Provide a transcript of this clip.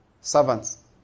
servants